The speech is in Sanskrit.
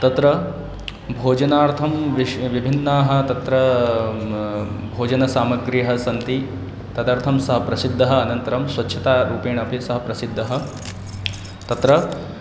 तत्र भोजनार्थं विश्वः विभिन्नाः तत्र भोजनसामग्र्यः सन्ति तदर्थं सः प्रशिद्धः अनन्तरं स्वच्छतारूपेण अपि सः प्रसिद्धः तत्र